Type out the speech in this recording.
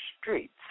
streets